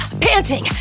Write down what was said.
panting